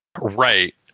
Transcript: Right